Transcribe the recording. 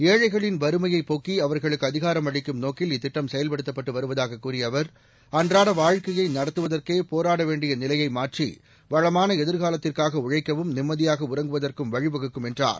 ஏழைகளின் வறுமையைப் போக்கி அவர்களுக்கு அதிகாரம் அளிக்கும் நோக்கில் இத்திட்டம் செயல்படுத்தப்பட்டு வருவதாக கூறிய அவர் அன்றாட வாழ்க்கையை நடத்துவதற்கே போராட வேண்டிய நிலையை மாற்றி வளமான எதிர்காலத்திற்காக உழைக்கவும் நிம்மதியாக உறங்குவதற்கும் வழிவகுக்கும் என்றார்